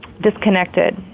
disconnected